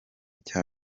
cya